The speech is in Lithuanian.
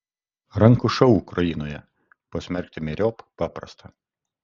rankų šou ukrainoje pasmerkti myriop paprasta